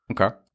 Okay